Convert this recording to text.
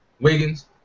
Wiggins